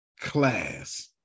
class